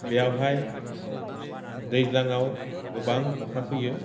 बेयावहाय दैज्लाङाव गोबां अखा फैयो